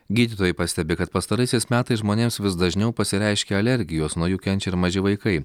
gydytojai pastebi kad pastaraisiais metais žmonėms vis dažniau pasireiškia alergijos nuo jų kenčia ir maži vaikai